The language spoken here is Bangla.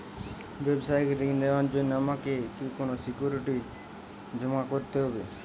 ব্যাবসায়িক ঋণ নেওয়ার জন্য আমাকে কি কোনো সিকিউরিটি জমা করতে হবে?